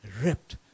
Ripped